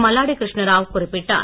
மல்லாடி கிருஷ்ணாராவ் குறிப்பிட்டார்